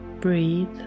breathe